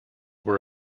were